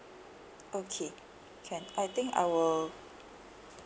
okay can I think I will